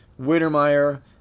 Wintermeyer